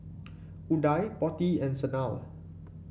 Udai Potti and Sanal